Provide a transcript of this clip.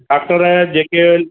doctor या जेके